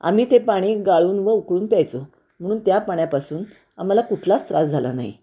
आम्ही ते पाणी गाळून व उकळून प्यायचो म्हणून त्या पाण्यापासून आम्हाला कुठलाच त्रास झाला नाही